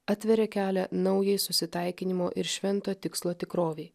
atveria kelią naujai susitaikinimo ir švento tikslo tikrovei